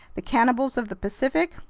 the cannibals of the pacific,